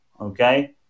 okay